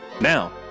Now